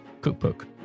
cookbook